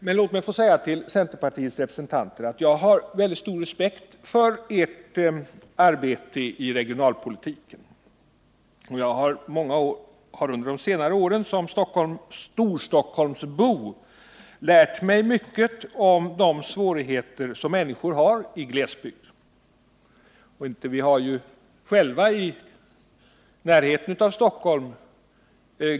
Men låt mig få säga till centerpartiets representanter att jag har väldigt stor respekt för ert arbete i regionalpolitiken. Jag har under de senare åren som Storstockholmsbo lärt mig mycket om de svårigheter som människor har i glesbygd. Vi har ju själva glesbygd i närheten av Stockholm.